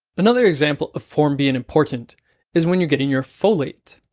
another example of form being important is when you're getting your folate.